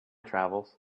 travels